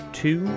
two